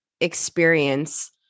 experience